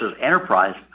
Enterprise